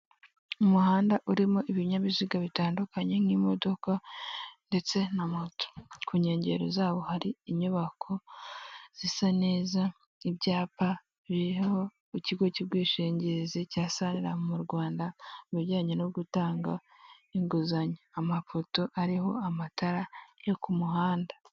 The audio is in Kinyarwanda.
Umuhanda urimo ibinyabiziga bitandukanye nk'imodoka ndetse na moto. Ku nkengero zawo hari inyubako zisa neza, ibyapa biriho ikigo cy'ubwishingizi cya Sanilamu mu Rwanda mu bijyanye no gutanga inguzanyo. Amapoto ariho amatara yo ku muhanda.